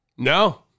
No